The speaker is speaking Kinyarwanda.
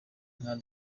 nka